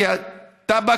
כי הטבק,